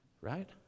right